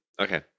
Okay